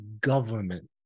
government